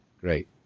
Great